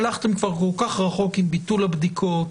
הלכתם כבר כל כך רחוק עם ביטול הבדיקות,